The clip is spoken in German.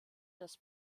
das